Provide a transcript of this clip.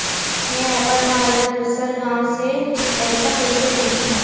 में अपन मा ला दुसर गांव से पईसा कइसे भेजहु?